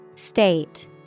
State